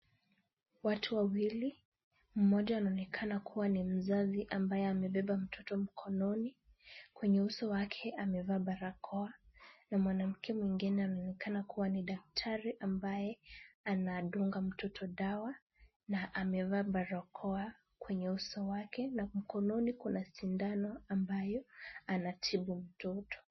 Watu wawili mmoja anaokena kuwa ni mzazi ambaye amebeba mtoto mukononi kwenye uso wake amevaa barakoa. Na mwanamke mwingine anaonekana kuwa ni daktari ambaye anadunga mtoto dawa na amevaa barakoa kwenye uso wake na mkononi kuna shindano ambaye anatibu mtoto.